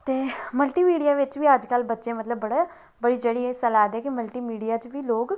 ते मल्टीमीडिया बिच बी बच्चे अज्जकल बड़े बधी चढ़ियै हिस्सा लै दे कि लोग